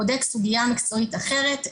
בודק סוגיה מקצועית אחרת,